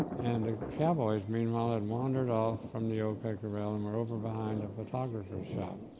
and ah cowboys meanwhile had wandered off from the o k. corral and were over behind a photographer's shop,